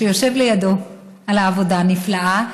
שיושב לידו, על העבודה הנפלאה.